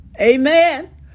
Amen